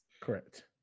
correct